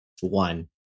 One